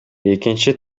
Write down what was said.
экинчи